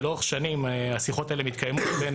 לאורך שנים השיחות האלה מתקיימות בין